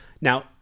Now